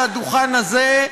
על הדוכן הזה,